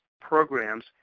programs